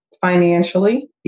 financially